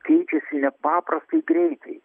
keičiasi nepaprastai greitai